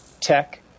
tech